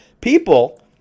People